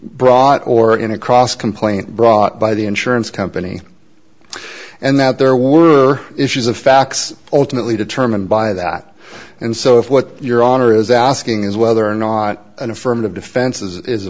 brought or in a cross complaint brought by the insurance company and that there were issues of facts ultimately determined by that and so if what your honor is asking is whether or not an affirmative defense is